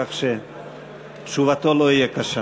כך שתשובתו לא תהיה קשה.